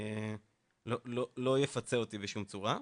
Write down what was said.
לא יפצה אותי בשום צורה.